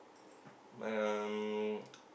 um